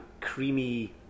creamy